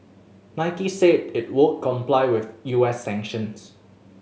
Nike said it would comply with U S sanctions